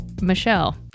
michelle